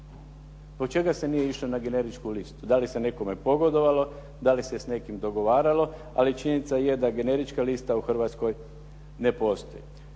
Zbog čega se nije išlo na generičku listu? Da li se nekome pogodovalo, da li se s nekim dogovaralo? Ali činjenica je da generička lista u Hrvatskoj ne postoji.